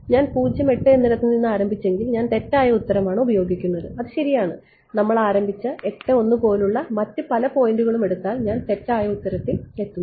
ഞാൻ എന്നിടത്ത് ആരംഭിച്ചെങ്കിൽ ഞാൻ തെറ്റായ ഉത്തരമാണ് ഉപയോഗിക്കുന്നത് അത് ശരിയാണ് നമ്മൾ ആരംഭിച്ച പോലുള്ള മറ്റ് പല പോയിന്റുകളും എടുത്താൽ ഞാൻ തെറ്റായ ഉത്തരത്തിൽ എത്തുന്നു